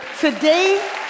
Today